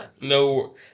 No